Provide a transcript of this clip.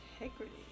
Integrity